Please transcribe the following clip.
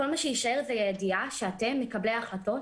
כל מה שיישאר זה הידיעה שאתם מקבלי ההחלטות,